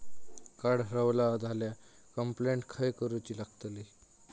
Card हरवला झाल्या complaint खय करूची लागतली?